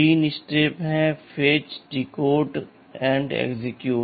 3 चरण हैं fetch decode execute